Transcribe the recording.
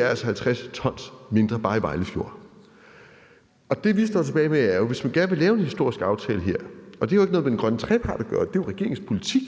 altså er 50 t mindre bare i Vejle Fjord. Det, vi står tilbage med, er, at hvis man gerne vil lave en historisk aftale her – og det har ikke noget med den grønne trepart at gøre; det er jo regeringens politik